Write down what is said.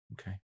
Okay